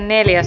asia